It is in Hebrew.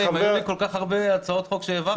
מילא, אם היו כל כך הרבה הצעות חוק שהעברתי.